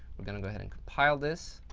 we're going to go ahead and compile this.